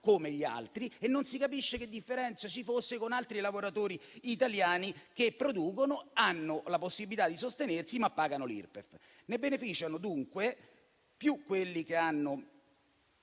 come gli altri e non si capisce che differenza ci fosse con altri lavoratori italiani che producono, hanno la possibilità di sostenersi, ma pagano l'Irpef. Ne beneficiano dunque più quelli che hanno